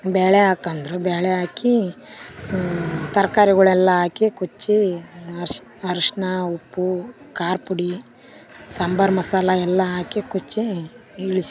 ಬೇಳೆ ಹಾಕಂದ್ರು ಬೇಳೆ ಹಾಕಿ ತರಕಾರಿಗಳೆಲ್ಲ ಹಾಕಿ ಕುಚ್ಚಿಅರ್ಶ್ನ ಅರಿಶ್ಣ ಉಪ್ಪು ಖಾರ್ಪುಡಿ ಸಾಂಬಾರ್ ಮಸಾಲಯೆಲ್ಲ ಹಾಕಿ ಕುಚ್ಚಿಇಳಿಸಿ